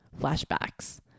flashbacks